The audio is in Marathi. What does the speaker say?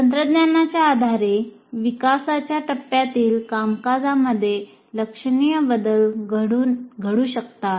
तंत्रज्ञानाच्या आधारे विकासाच्या टप्प्यातील कामकाजामध्ये लक्षणीय बदल घडू शकतात